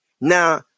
Now